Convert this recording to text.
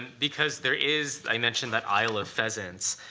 because there is i mentioned that isle of pheasants,